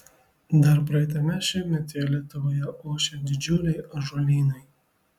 dar praeitame šimtmetyje lietuvoje ošė didžiuliai ąžuolynai